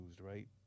right